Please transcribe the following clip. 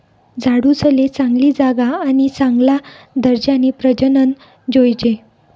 झाडूसले चांगली जागा आणि चांगला दर्जानी प्रजनन जोयजे